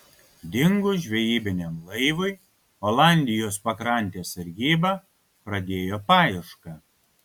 dingus žvejybiniam laivui olandijos pakrantės sargyba pradėjo paiešką